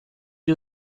you